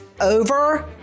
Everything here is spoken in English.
over